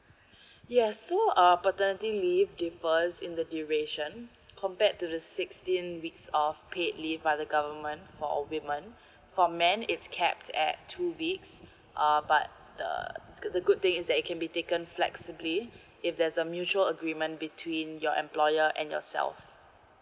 yes so uh paternity leave differs in the duration compared to the sixteen weeks of paid leave by the government for women for men it's capped at two weeks uh but the the good thing is that it can be taken flexibly if there's a mutual agreement between your employer and yourself